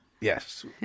Yes